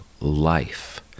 life